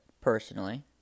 personally